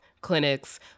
clinics